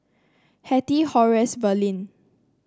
Hettie Horace Verlin